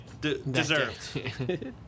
deserved